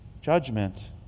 judgment